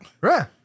Right